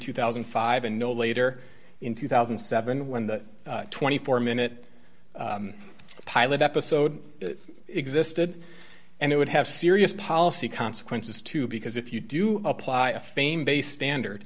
two thousand and five and no later in two thousand and seven when the twenty four minute pilot episode existed and it would have serious policy consequences too because if you do apply a fame based standard